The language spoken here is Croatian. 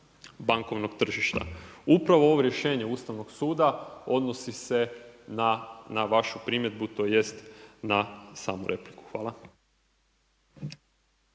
bankovnog tržišta. U pravo u ovom rješenju Ustavnog suda, odnosi se na vašu primjedbu, tj. na samu repliku. Hvala.